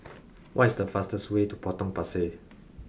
what is the fastest way to Potong Pasir